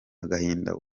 agahinda